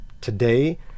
today